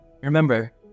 Remember